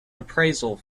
appraisal